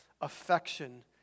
affection